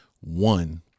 one